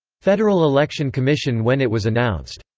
federal election commission when it was announced.